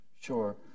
Sure